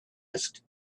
asked